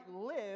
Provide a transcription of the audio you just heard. live